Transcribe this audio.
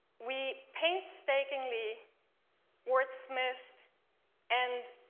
we painstakingly wordsmithed and